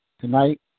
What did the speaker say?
tonight